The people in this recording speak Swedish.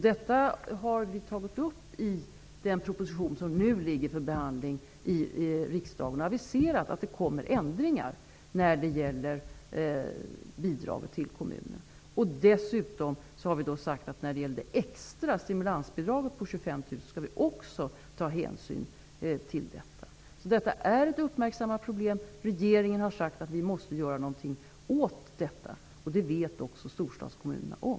Detta har tagits upp i den proposition som nu ligger för behandling i riksdagen. Vi har aviserat att det skall ske förändringar när det gäller bidragen till kommunerna. Beträffande det extra stimulansbidraget på 25 000 kr skall vi också ta hänsyn till detta. Det här är ett uppmärksammat problem. Regeringen har sagt att vi måste göra någonting åt detta, och det vet också storstadskommunerna om.